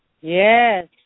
yes